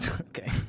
okay